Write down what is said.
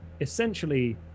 essentially